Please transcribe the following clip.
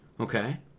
okay